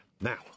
Now